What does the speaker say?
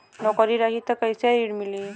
नौकरी रही त कैसे ऋण मिली?